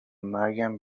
مرگم